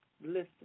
listen